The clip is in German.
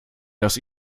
das